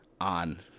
on